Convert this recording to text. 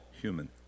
human